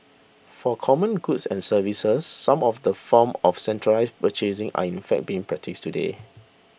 for common goods and services some of the form of centralised purchasing are in fact being practised today